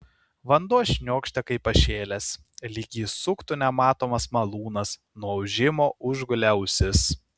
vanduo šniokštė kaip pašėlęs lyg jį suktų nematomas malūnas nuo ūžimo užgulė ausis